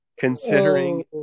Considering